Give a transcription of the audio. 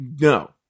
No